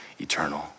eternal